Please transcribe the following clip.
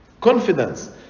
confidence